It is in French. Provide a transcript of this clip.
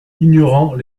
ignorant